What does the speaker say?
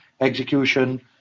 execution